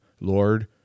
Lord